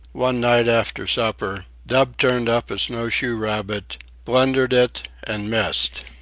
one night after supper, dub turned up a snowshoe rabbit blundered it, and missed.